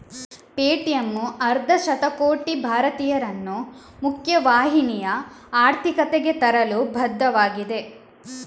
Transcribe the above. Paytm ಅರ್ಧ ಶತಕೋಟಿ ಭಾರತೀಯರನ್ನು ಮುಖ್ಯ ವಾಹಿನಿಯ ಆರ್ಥಿಕತೆಗೆ ತರಲು ಬದ್ಧವಾಗಿದೆ